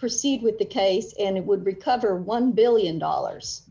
proceed with the case and it would be cover one billion dollars